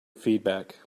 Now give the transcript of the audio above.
feedback